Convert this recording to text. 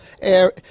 Air